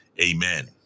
amen